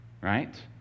right